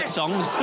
songs